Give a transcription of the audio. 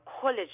college